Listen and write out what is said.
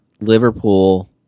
Liverpool